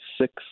six